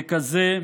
ככזה,